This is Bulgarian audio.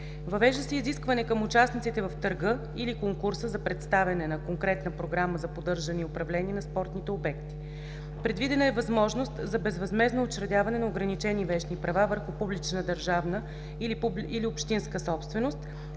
Въвежда се изискване към участниците в търга или конкурса за представяне на конкретна програма за поддържане и управление на спортните обекти. Предвидена е възможност за безвъзмездно учредяване на ограничени вещни права върху публична държавна или общинска собственост